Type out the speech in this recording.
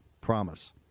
promise